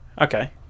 okay